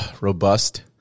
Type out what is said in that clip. robust